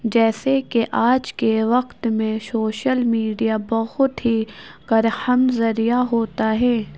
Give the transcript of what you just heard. جیسے کہ آج کے وقت میں سوشل میڈیا بہت ہی کرہم ذریعہ ہوتا ہے